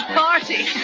party